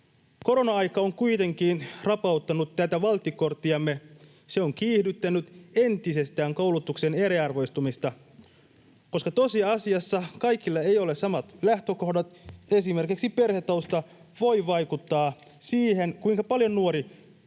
Korona-aika on kuitenkin rapauttanut tätä valttikorttiamme. Se on kiihdyttänyt entisestään koulutuksen eriarvoistumista, koska tosiasiassa kaikilla ei ole samat lähtökohdat. Esimerkiksi perhetausta voi vaikuttaa siihen, kuinka paljon nuori